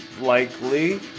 likely